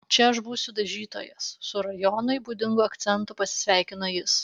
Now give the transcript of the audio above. čia aš būsiu dažytojas su rajonui būdingu akcentu pasisveikino jis